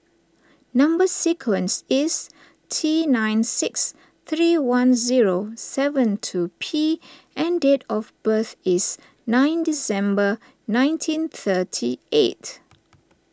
Number Sequence is T nine six three one zero seven two P and date of birth is nine December nineteen thirty eight